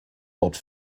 dort